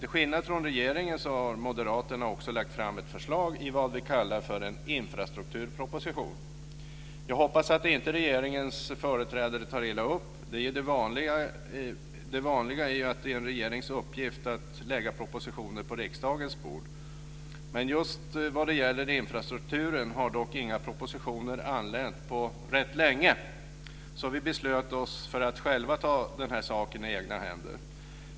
Till skillnad från regeringen har Moderaterna också lagt fram ett förslag i vad vi kallar en infrastrukturproposition. Jag hoppas att regeringens företrädare inte tar illa upp. Det vanliga är ju att det är en regerings uppgift att lägga propositioner på riksdagens bord. Just vad gäller infrastrukturen har dock inga propositioner anlänt på ganska länge, så vi beslöt oss för att ta saken i egna händer.